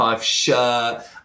shirt